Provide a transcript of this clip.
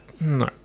No